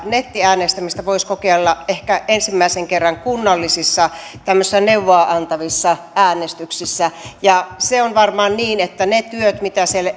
tätä nettiäänestämistä voisi kokeilla ehkä ensimmäisen kerran kunnallisissa tämmöisissä neuvoa antavissa äänestyksissä se on varmaan niin että niitä töitä mitä